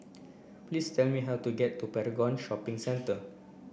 please tell me how to get to Paragon Shopping Centre